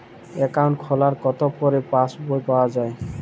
Account খোলার কতো পরে পাস বই পাওয়া য়ায়?